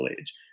age